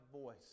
voice